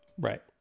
Right